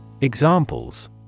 Examples